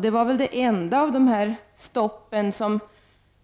Det var väl det enda av dessa stopp som